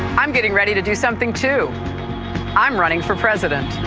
i'm getting ready to do something too i'm running for president.